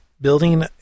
building